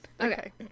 Okay